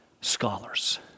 scholars